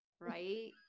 Right